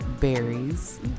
berries